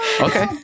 Okay